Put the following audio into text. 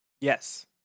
yes